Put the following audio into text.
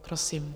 Prosím.